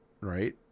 right